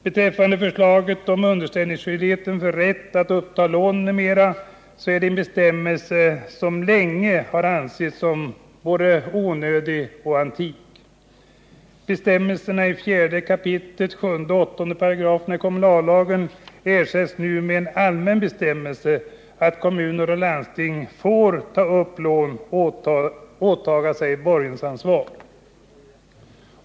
Beträffande förslaget om underställningsskyldigheten för rätt att uppta lån m.m. är detta en bestämmelse som länge har ansetts som både onödig och antik. Bestämmelserna i 4 kap. 7 och 8 §§ kommunallagen ersätts nu med en allmän bestämmelse om att kommuner och landsting får ta upp lån och åtaga sig borgensansvar.